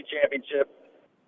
Championship